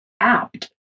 apt